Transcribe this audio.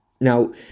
now